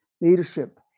leadership